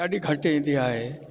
ॾाढी घटि ईंदी आहे